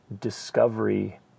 discovery